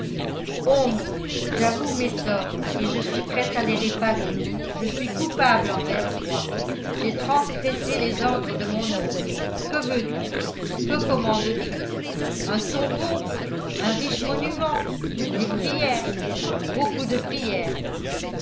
ombre j'avoue mes torts et je suis prêt à les réparer je suis coupable envers toi j'ai transgressé les ordres de mon oncle que veux-tu que commandes tu un tombeau un riche monument des prières beaucoup de prières